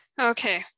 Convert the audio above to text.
okay